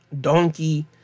Donkey